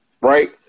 right